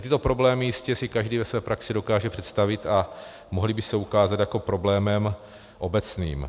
Tyto problémy si jistě každý ve své praxi dokáže představit a mohly by se ukázat jako problémem obecným.